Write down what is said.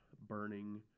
burning